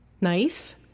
Nice